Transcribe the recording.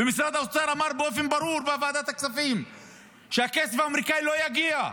ומשרד האוצר אמר באופן ברור בוועדת הכספים שהכסף האמריקאי לא יגיע.